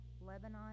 Lebanon